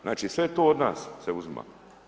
Znači sve to od nas se uzima.